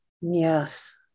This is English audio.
Yes